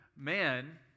Man